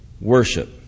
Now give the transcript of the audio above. worship